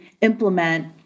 implement